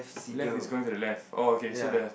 left is going to the left oh okay so the